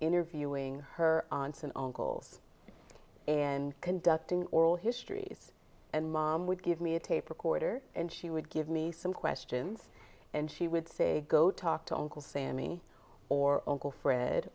interviewing her aunts and uncles and conducting oral histories and mom would give me a tape recorder and she would give me some questions and she would say go talk to uncle sammy or uncle fred